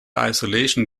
isolation